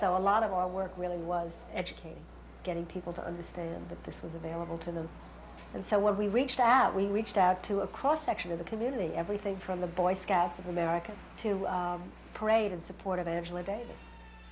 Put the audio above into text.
so a lot of our work really was educating getting people to understand that this was available to them and so when we reached out we reached out to a cross section of the community everything from the boy scouts of america to parade in support